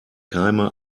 keime